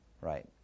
right